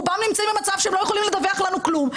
רובם נמצאים במצב שהם לא יכולים לדווח לנו כלום.